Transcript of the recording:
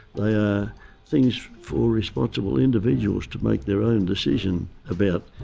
they are things for responsible individuals to make their own decision about.